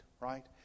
right